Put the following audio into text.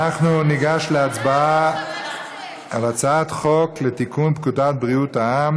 אנחנו ניגש להצבעה על הצעת חוק לתיקון פקודת בריאות העם